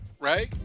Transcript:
right